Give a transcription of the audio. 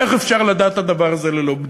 איך אפשר לדעת את הדבר הזה ללא בדיקה?